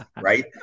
right